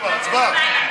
תשובה והצבעה.